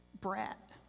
Brat